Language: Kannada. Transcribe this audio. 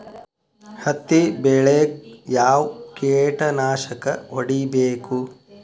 ಹತ್ತಿ ಬೆಳೇಗ್ ಯಾವ್ ಕೇಟನಾಶಕ ಹೋಡಿಬೇಕು?